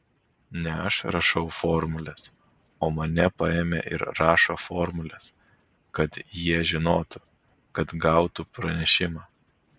ne aš rašau formules o mane paėmė ir rašo formules kad jie žinotų kad gautų pranešimą